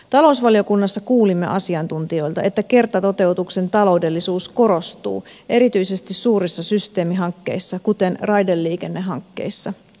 talousvaliokunnassa kuulimme asiantuntijoilta että kertatoteutuksen taloudellisuus korostuu erityisesti suurissa systeemihankkeissa kuten raideliikennehankkeissa